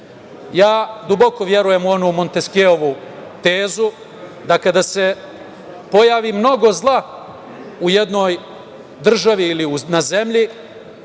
duboko verujem u onu Monteskjeovu tezu da kada se pojavi mnogo zla u jednoj državi ili na zemlji,